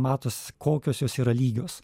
matos kokios jos yra lygios